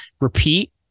repeat